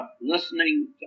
listening